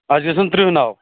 اَسہِ گژھَن ترٛہ ناوٕ